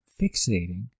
fixating